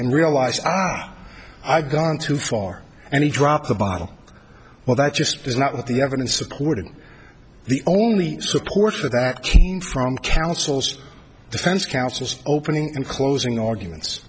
and realize i've gone too far and he dropped the bottle well that just is not what the evidence supporting the only support for that came from counsel's defense counsel's opening and closing arguments